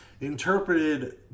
interpreted